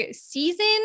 season